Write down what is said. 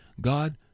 God